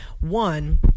one